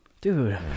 dude